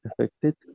affected